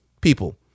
people